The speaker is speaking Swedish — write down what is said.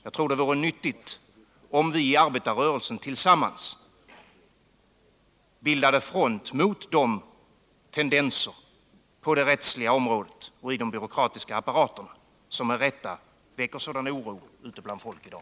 Jag tror att det vore nyttigt, om vi i arbetarrörelsen tillsammans bildade front mot de tendenser på det rättsliga området och i de byråkratiska apparaterna som med rätta väcker sådan oro ute bland folk i dag.